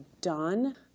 done